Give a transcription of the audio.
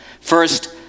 First